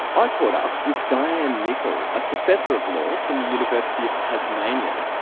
i caught up with dianne nicol, a professor of law from the university of tasmania,